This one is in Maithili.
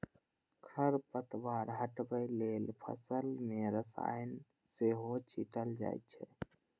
खरपतवार हटबै लेल फसल मे रसायन सेहो छीटल जाए छै